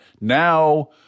now